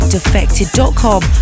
Defected.com